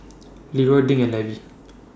Leeroy Dink and Levy